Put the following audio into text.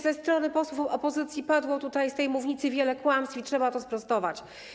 Ze strony posłów opozycji padło tutaj, z tej mównicy, wiele kłamstw i trzeba to sprostować.